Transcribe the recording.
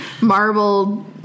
marbled